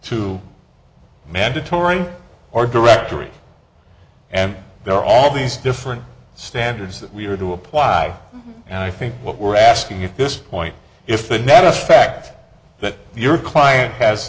to mandatory or directory and there are all these different standards that we are to apply and i think what we're asking you this point if the best fact that your client has